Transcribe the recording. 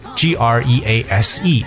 g-r-e-a-s-e